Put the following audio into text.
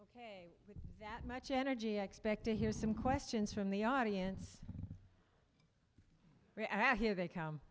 you that much energy i expect to hear some questions from the audience here they come